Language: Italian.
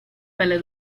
pelle